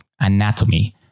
anatomy